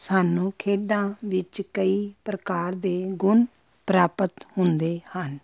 ਸਾਨੂੰ ਖੇਡਾਂ ਵਿੱਚ ਕਈ ਪ੍ਰਕਾਰ ਦੇ ਗੁਣ ਪ੍ਰਾਪਤ ਹੁੰਦੇ ਹਨ